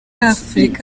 afurika